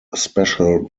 special